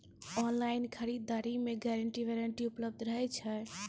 Online खरीद दरी मे गारंटी वारंटी उपलब्ध रहे छै?